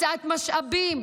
הקצאת משאבים.